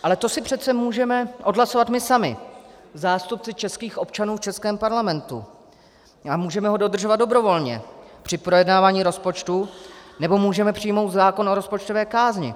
Ale to si přece můžeme odhlasovat my sami, zástupci českých občanů v českém parlamentu, a můžeme ho dodržovat dobrovolně při projednávání rozpočtu nebo můžeme přijmout zákon o rozpočtové kázni.